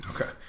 Okay